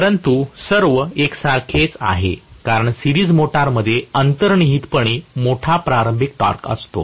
परंतु सर्व एकसारखेच आहे कारण सिरीज मोटरमध्ये अंतर्निहितपणे मोठा प्रारंभिक टॉर्क असतो